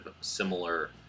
similar